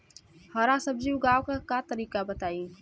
हरा सब्जी उगाव का तरीका बताई?